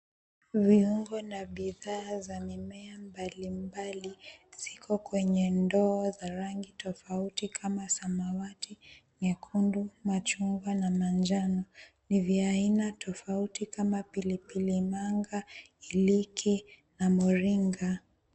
Viungo na bidhaa za mimea mbali mbali ziko kwenye ndoo za rangi tofauti kama samawati, nyekundu, machungwa na manjano. Ni vya aina tofauti kama pilipili manga, iliki na muringa.